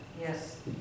yes